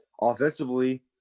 offensively